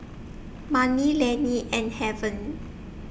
Manie Laney and Haven